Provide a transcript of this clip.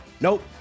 Nope